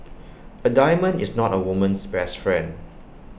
A diamond is not A woman's best friend